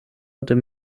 den